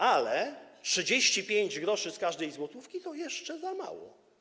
Ale 35 gr od każdej złotówki to jeszcze za mało.